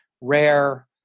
rare